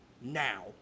now